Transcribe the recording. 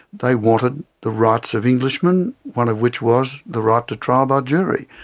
they wanted the rights of englishmen, one of which was the right to trial by jury.